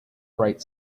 bright